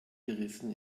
gerissen